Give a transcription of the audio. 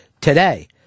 today